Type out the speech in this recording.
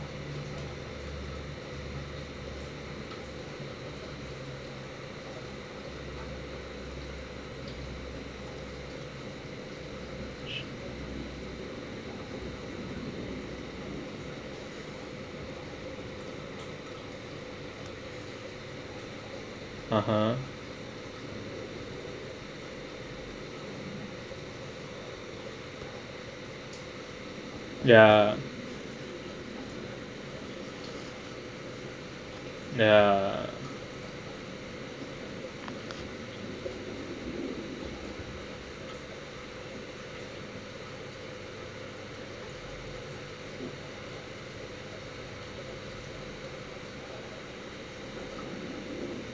a'ah ya ya